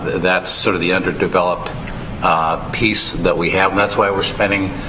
that's sort of the underdeveloped piece that we have. and that's why we're spending.